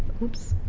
oops,